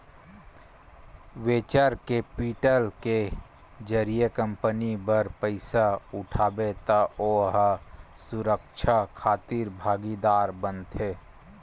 venture capital के जरिए company बर पइसा उठाबे त ओ ह सुरक्छा खातिर भागीदार बनथे